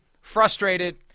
frustrated